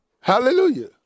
Hallelujah